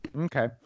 Okay